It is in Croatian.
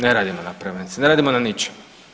Ne radimo na prevenciji, ne radimo na ničemu.